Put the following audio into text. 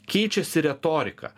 keičiasi retorika